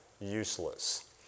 useless